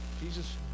Jesus